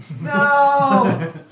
No